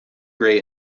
grey